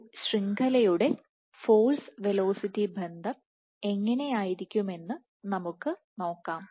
ഒരു ശൃംഖലയുടെ force velocity ബന്ധം എങ്ങനെയായിരിക്കുമെന്ന് നമുക്ക് നോക്കാം